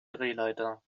drehleiter